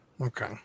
Okay